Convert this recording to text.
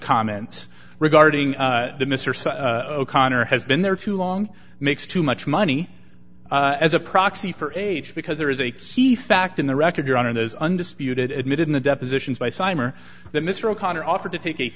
comments regarding the mr c connor has been there too long makes too much money as a proxy for age because there is a key fact in the record your honor it is undisputed admitted in the depositions by simer that mr o'connor offered to take a